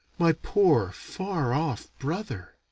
my poor far-off brother!